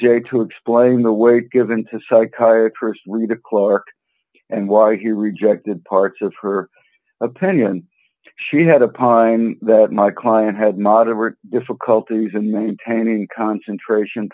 object to explain the weight given to psychiatrists the clerk and why he rejected parts of her opinion she had a pine that my client had moderate difficulties in maintaining concentration